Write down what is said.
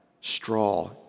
straw